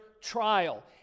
trial